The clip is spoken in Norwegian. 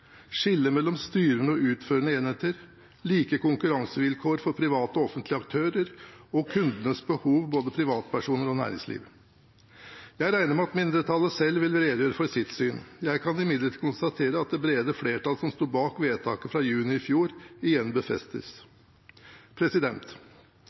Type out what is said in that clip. skille mellom styrende og utførende enheter, like konkurransevilkår for private og offentlige aktører og kundenes behov – både privatpersoner og næringsliv. Jeg regner med at mindretallet selv vil redegjøre for sitt syn. Jeg kan imidlertid konstatere at det brede flertallet som sto bak vedtaket fra juni i fjor, igjen